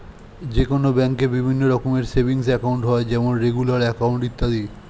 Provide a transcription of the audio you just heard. যে কোনো ব্যাঙ্কে বিভিন্ন রকমের সেভিংস একাউন্ট হয় যেমন রেগুলার অ্যাকাউন্ট, ইত্যাদি